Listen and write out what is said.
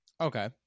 Okay